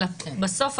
אבל בסוף,